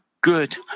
good